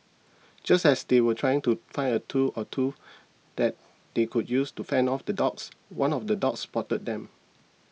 just as they were trying to find a tool or two that they could use to fend off the dogs one of the dogs spotted them